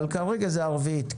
אבל כרגע זה הרביעית.